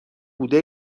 بوده